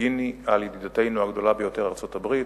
מודיעיני על ידידתנו הגדולה ביותר, ארצות-הברית.